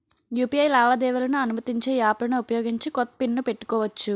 UPI లావాదేవీలను అనుమతించే యాప్లలను ఉపయోగించి కొత్త పిన్ ను పెట్టుకోవచ్చు